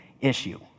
issue